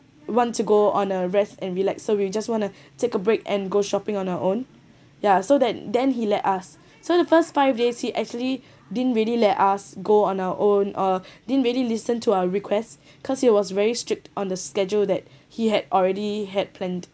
want to go on a rest and relax so we just want to take a break and go shopping on our own ya so then then he let us so the first five days he actually didn't really let us go on our own or didn't really listen to our requests cause it was very strict on the schedule that he had already had planned